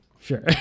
Sure